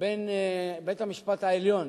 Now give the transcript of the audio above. בין בית-המשפט העליון